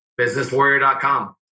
Businesswarrior.com